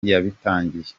yabitangiye